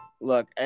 look